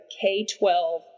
K-12